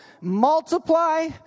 multiply